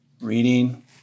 reading